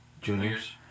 Juniors